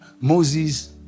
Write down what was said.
Moses